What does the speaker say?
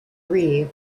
grieve